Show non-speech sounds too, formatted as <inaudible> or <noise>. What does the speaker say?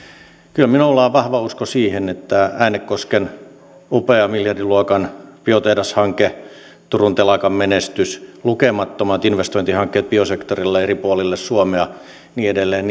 kyllä minulla on vahva usko siihen että äänekosken upealle miljardiluokan biotehdashankkeelle turun telakan menestykselle lukemattomille investointihankkeille biosektorilla eri puolilla suomea ja niin edelleen <unintelligible>